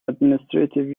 administrative